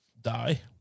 die